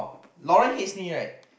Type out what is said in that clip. Larren hates me right